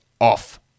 off